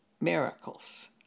miracles